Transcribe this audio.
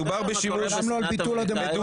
מדובר בשימוש --- גם לא על ביטול הדמוקרטיה.